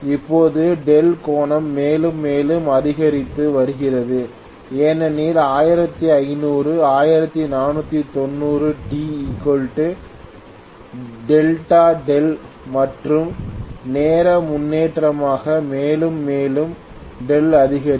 இப்போது δ கோணம் மேலும் மேலும் அதிகரித்து வருகிறது ஏனெனில் t Δ δ மற்றும் நேர முன்னேற்றமாக மேலும் மேலும் δ அதிகரிக்கும்